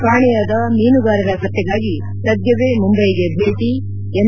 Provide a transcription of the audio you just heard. ಕಾಣೆಯಾದ ಮೀನುಗಾರರ ಪತ್ತೆಗಾಗಿ ಸದ್ಭವೇ ಮುಂಬೈಗೆ ಭೇಟಿ ಎಂ